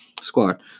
squad